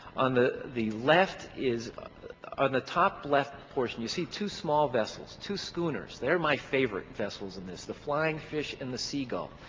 on the the left is on the top left portion you see two small vessels, two schooners. they're my favorite vessels in this. the flying fish and the seagull.